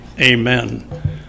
Amen